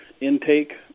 intake